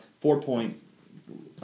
four-point